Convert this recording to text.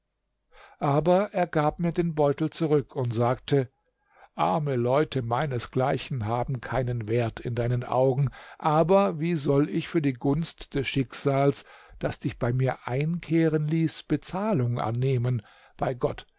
aber er gab mir den beutel zurück und sagte arme leute meinesgleichen haben keinen wert in deinen augen aber wie soll ich für die gunst des schicksals das dich bei mir einkehren ließ bezahlung annehmen bei gott